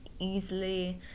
easily